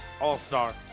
all-star